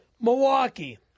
Milwaukee